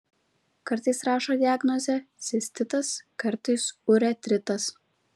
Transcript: kartais rašo diagnozę cistitas kartais uretritas